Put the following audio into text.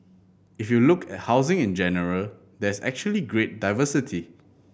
if you look at housing in general there's actually great diversity